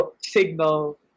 signal